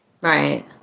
Right